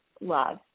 love